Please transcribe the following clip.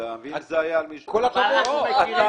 כל הכבוד.